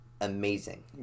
amazing